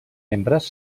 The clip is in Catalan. membres